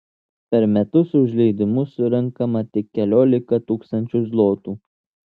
per metus už leidimus surenkama tik keliolika tūkstančių zlotų